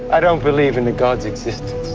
i don't believe in the gods' existence.